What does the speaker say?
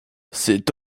cet